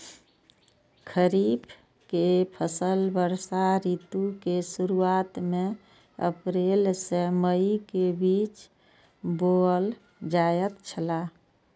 खरीफ के फसल वर्षा ऋतु के शुरुआत में अप्रैल से मई के बीच बौअल जायत छला